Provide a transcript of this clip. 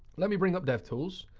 let me bring up devtools.